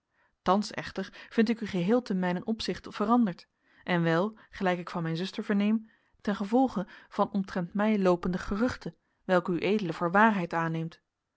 thans echter vind ik u geheel te mijnen opzichte veranderd en wel gelijk ik van mijn zuster verneem ten gevolge van omtrent mij loopende geruchten welke ued voor waarheid aanneemt